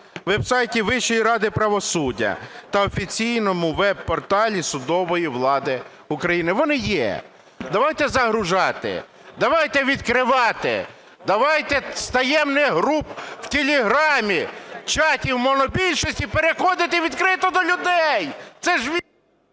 веб-сайті Вищої ради правосуддя та офіційному веб-порталі судової влади України. Вони є. Давайте загружати, давайте відкривати. Давайте з таємних груп в телеграмі, в чаті у монобільшості переходити відкрито до людей. Це ж… Веде